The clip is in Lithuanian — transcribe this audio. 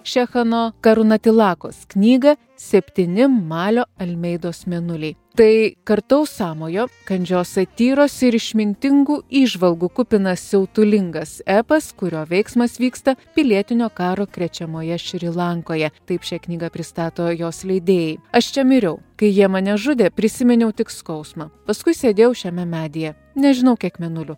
šechano karunatilakos knygą septyni malio elmeidos mėnuliai tai kartaus sąmojo kandžios satyros ir išmintingų įžvalgų kupinas siautulingas epas kurio veiksmas vyksta pilietinio karo krečiamoje šri lankoje taip šią knygą pristato jos leidėjai aš čia miriau kai jie mane žudė prisiminiau tik skausmą paskui sėdėjau šiame medyje nežinau kiek mėnulių